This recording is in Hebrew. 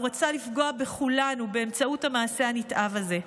הוא רצה לפגוע בכולנו באמצעות המעשה הנתעב הזה.